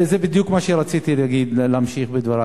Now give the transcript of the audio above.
זה בדיוק מה שרציתי להגיד, להמשיך בדברי.